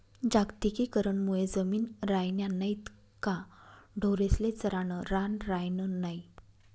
जागतिकीकरण मुये जमिनी रायन्या नैत का ढोरेस्ले चरानं रान रायनं नै